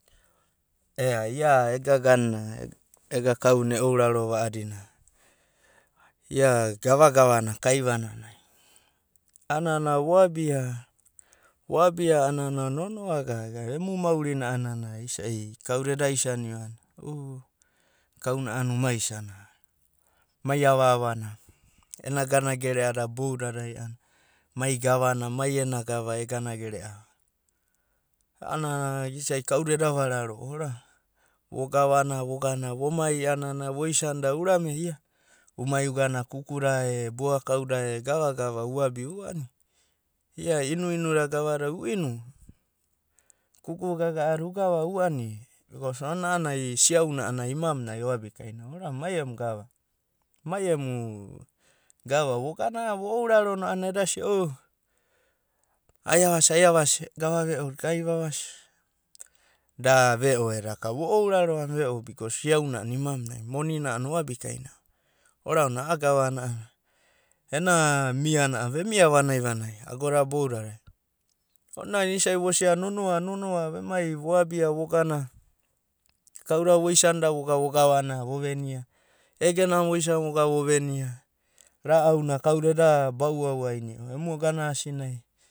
Ea ia ega ega kauna e ouraro va a'adina, ia gavagava na kaivananai a'anana voabia voabia a'anana nonoa gaga emu maurina a'anana isa'i kauda eda isani'o o kauna a'ana uma isana mai ava avana. Ena ganagere'ada boudadai a'ana mai gavano, mai ena gava eganagere'ava. A'ana isa'i kauda eda vararo'o oraona, vogava vomai a'ana voisanda urame umai ugana kukuda e boakauda e gavgava uabi uonave. Ia inuinu da gavadada ero u inu, kuku gaga'ada ugava uani bikos ona a'ana ai siau na a'ana ai imamunai oabikainava. Mai emu gava, mai emu gava vogana vo ouraro no o ai avasi ai avasi gava ve'o ai vavasi da ve'o bikos siauna a'ana imamunai oabikaina monina a'ana oabikaina va. Oraona a'a gavana ena miana vemia vanai vanai agoda boudadai. Ona isa'i vosia nonoa nonoa voabia vogana kauda voisanda voga vogavana vovenia, egenana voisana voga vovenia ra'auna kauda eda bau'au aini'o voganasi no.